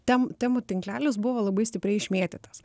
tem temų tinklelis buvo labai stipriai išmėtytas